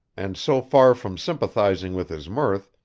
and so far from sympathizing with his mirth,